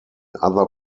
other